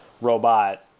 robot